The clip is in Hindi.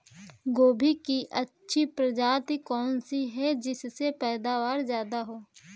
गोभी की अच्छी प्रजाति कौन सी है जिससे पैदावार ज्यादा हो?